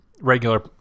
regular